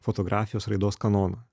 fotografijos raidos kanono